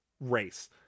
race